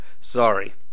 sorry